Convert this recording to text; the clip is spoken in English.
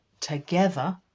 together